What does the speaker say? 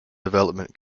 development